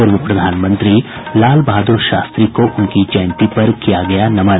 पूर्व प्रधानमंत्री लालबहादुर शास्त्री को उनकी जयंती पर किया गया नमन